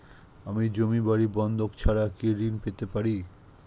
আমি জমি বাড়ি বন্ধক ছাড়া কি ঋণ পেতে পারি?